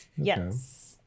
Yes